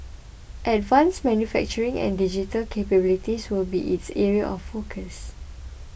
advanced manufacturing and digital capabilities will be its areas of focus